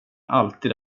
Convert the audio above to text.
alltid